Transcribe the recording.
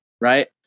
right